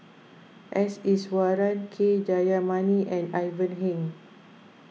S Iswaran K Jayamani and Ivan Heng